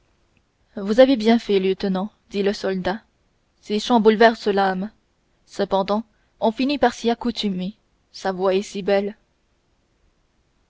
vous avez bien fait lieutenant dit le soldat ces chants bouleversent l'âme cependant on finit par s'y accoutumer sa voix est si belle